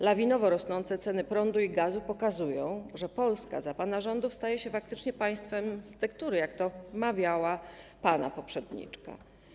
Lawinowo rosnące ceny prądu i gazu pokazują, że Polska za pana rządów staje się faktycznie państwem z tektury, jak to mawiała pana poprzedniczka.